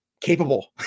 capable